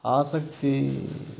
ಆಸಕ್ತಿ